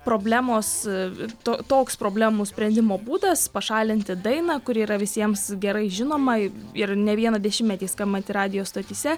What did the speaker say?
problemos toks problemų sprendimo būdas pašalinti dainą kuri yra visiems gerai žinoma ir ne vieną dešimtmetį skambanti radijo stotyse